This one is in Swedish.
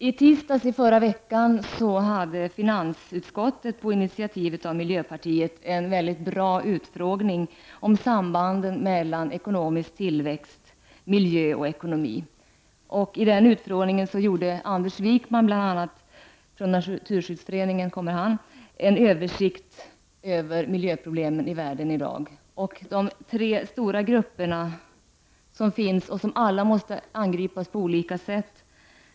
I tisdags i förra veckan hade finansutskottet, på initiativ av miljöpartiet, en mycket bra utfrågning om sambanden mellan ekonomisk tillväxt, miljö och ekonomi. I den utfrågningen gjorde bl.a. Anders Wijkman från Svenska naturskyddsföreningen en översikt över de miljöproblem som i dag finns i världen. Det finns tre stora grupper av miljöproblem som måste angripas på olika sätt.